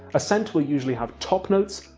a scent will usually have top notes,